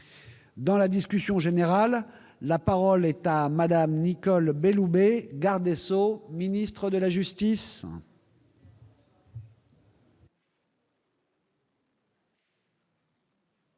Dans la discussion générale, la parole est à Mme la garde des sceaux, ministre de la justice.